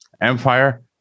empire